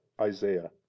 isaiah